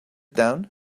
down